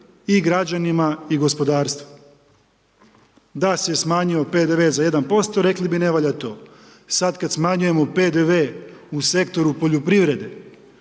i građanima i gospodarstvu. Da se smanjio PDV-e za 1% rekli bi ne valja to. Sada kad smanjujemo PDV-e u sektoru poljoprivrede